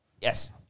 yes